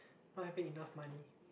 not having enough money